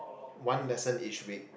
one lesson each week